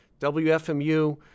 WFMU